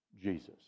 Jesus